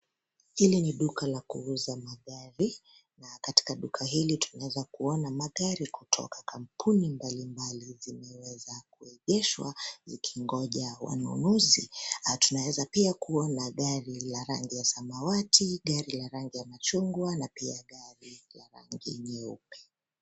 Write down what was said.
Hili ni duka la kuuza magari, na katika duka hili tunaweza kuona magari kutoka kampuni mbalimbali, zimeweza kuegeshwa ikingoja wanunuzi, tunaweza pia kuona gari la rangi ya samawati, gari ya rangi ya machungwa na pia gari la rangi nyeupe.